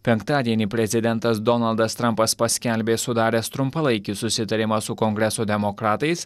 penktadienį prezidentas donaldas trampas paskelbė sudaręs trumpalaikį susitarimą su kongreso demokratais